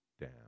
down